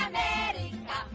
America